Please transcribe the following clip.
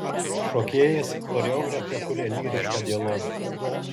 šokėjais choreografė kuria lyrišką dialogą